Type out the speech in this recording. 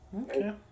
Okay